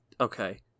okay